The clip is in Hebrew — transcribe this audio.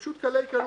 פשוט קלי קלות.